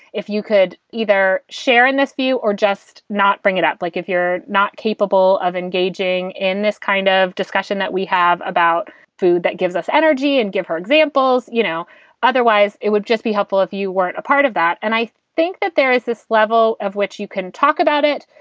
if you could either share in this view or just not bring it up, like if you're not capable of engaging in this kind of discussion that we have about food that gives us energy and give her examples. examples. you know otherwise, it would just be helpful if you weren't a part of that. and i think that there is this level of which you can talk about it,